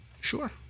Sure